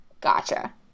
Gotcha